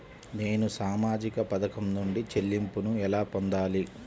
నేను సామాజిక పథకం నుండి చెల్లింపును ఎలా పొందాలి?